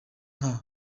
nka